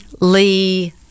Lee